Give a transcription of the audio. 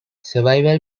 survival